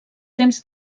temps